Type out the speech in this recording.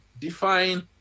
define